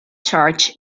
church